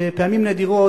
בפעמים נדירות,